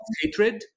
hatred